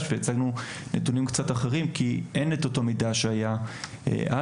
והצגנו נתונים קצת אחרים כי אין את אותו מידע שהיה אז,